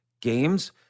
games